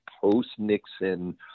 post-Nixon